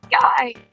guy